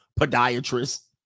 podiatrist